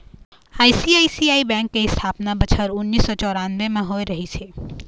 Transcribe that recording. ICICI bank के इस्थापना बछर उन्नीस सौ चउरानबे म होय रिहिस हे